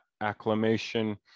acclamation